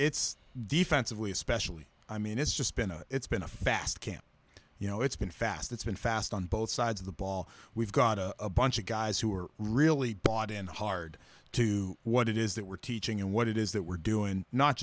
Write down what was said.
it's defensively especially i mean it's just been a it's been a fast can you know it's been fast it's been fast on both sides of the ball we've got a bunch of guys who are really brought in hard to what it is that we're teaching and what it is that we're doing not